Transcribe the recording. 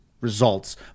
results